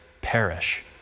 perish